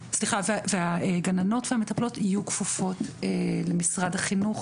והגננות והמטפלות יהיו כפופות למשרד החינוך